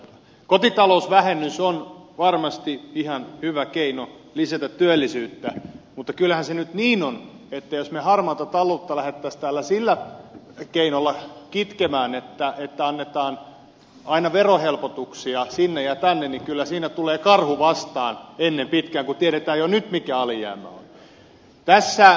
kotitalousvähennys on varmasti ihan hyvä keino lisätä työllisyyttä mutta kyllähän se nyt niin on että jos me harmaata taloutta lähtisimme täällä sillä keinolla kitkemään että annetaan aina verohelpotuksia sinne ja tänne niin kyllä siinä tulee karhu vastaan ennen pitkää kun tiedetään jo nyt mikä alijäämä on